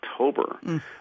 October